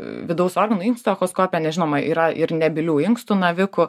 vidaus organų inkstų echoskopiją nes žinoma yra ir nebylių inkstų navikų